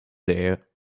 there